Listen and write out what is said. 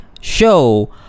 show